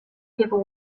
people